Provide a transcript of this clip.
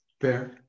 fair